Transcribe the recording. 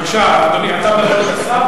בבקשה, אדוני, אתה מדבר עוד לשר?